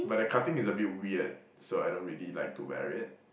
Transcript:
but the cutting is a bit weird so I don't really like to wear it